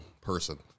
person